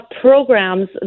programs